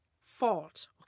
fault